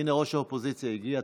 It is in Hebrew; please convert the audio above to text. הינה, ראש האופוזיציה הגיע.